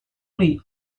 may